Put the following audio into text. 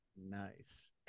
Nice